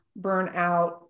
burnout